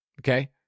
Okay